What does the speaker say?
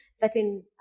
certain